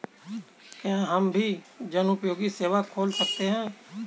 क्या हम भी जनोपयोगी सेवा खोल सकते हैं?